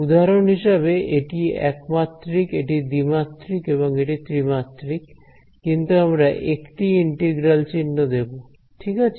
উদাহরণ হিসেবে এটি একমাত্রিক এটি দ্বিমাত্রিক এবং এটি ত্রিমাত্রিক কিন্তু আমরা একটিই ইন্টিগ্রাল চিহ্ন দেব ঠিক আছে